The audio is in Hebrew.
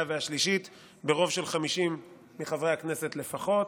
והשלישית ברוב של 50 מחברי הכנסת לפחות.